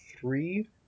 three